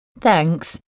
Thanks